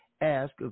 ask